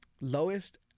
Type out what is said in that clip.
lowest